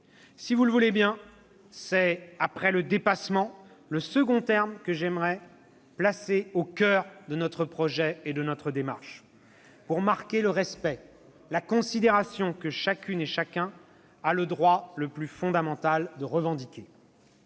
Si vous le voulez bien, c'est, après le dépassement, le second terme que j'aimerais placer au coeur de notre projet, pour marquer le respect, la considération que chacun a le droit le plus fondamental de revendiquer.